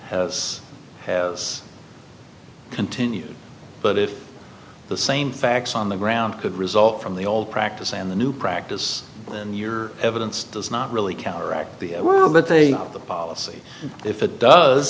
as has continued but if the same facts on the ground could result from the old practice and the new practice and your evidence does not really counteract the well the thing of the policy if it